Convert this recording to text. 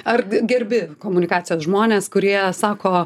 ar gerbi komunikacijos žmones kurie sako